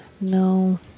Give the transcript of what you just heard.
No